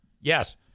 Yes